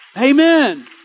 Amen